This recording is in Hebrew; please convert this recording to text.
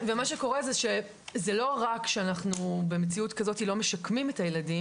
ומה שקרוה שזה לא רק שאנחנו במציאות כזאת לא משקמים את הילדים,